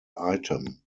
item